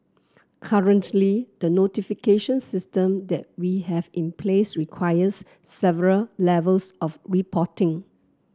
currently the notification system that we have in place requires several levels of reporting